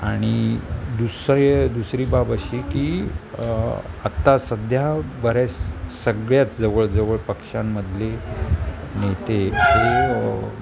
आणि दुसरी दुसरी बाब अशी की आत्ता सध्या बरेच सगळ्याच जवळजवळ पक्षांमधले नेते ते